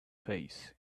face